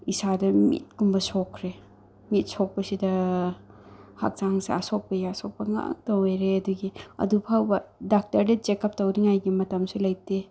ꯏꯁꯥꯗ ꯃꯤꯠꯀꯨꯝꯕ ꯁꯣꯛꯈ꯭ꯔꯦ ꯃꯤꯠ ꯁꯣꯛꯄꯁꯤꯗ ꯍꯛꯆꯥꯡꯁꯤ ꯑꯁꯣꯛꯄꯒꯤ ꯑꯁꯣꯛꯄ ꯉꯥꯛꯇ ꯑꯣꯏꯔꯦ ꯑꯗꯒꯤ ꯑꯗꯨꯐꯥꯎꯕ ꯗꯣꯛꯇꯔꯗ ꯆꯦꯛꯑꯞ ꯇꯧꯅꯤꯡꯉꯥꯏꯒꯤ ꯃꯇꯝꯁꯨ ꯂꯩꯇꯦ